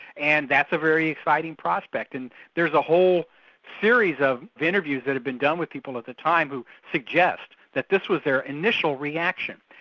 and that's a very exciting prospect. and there's a whole series of interviews that have been done with people at the time who suggest that this was their initial reaction.